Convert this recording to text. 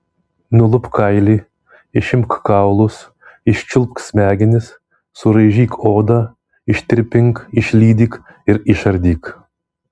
nulupk kailį išimk kaulus iščiulpk smegenis suraižyk odą ištirpink išlydyk ir išardyk